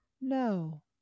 no